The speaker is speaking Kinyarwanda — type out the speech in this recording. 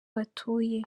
batuye